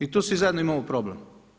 I tu svi zajedno imamo problem.